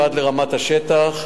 ועד לרמת השטח.